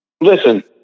Listen